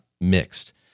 mixed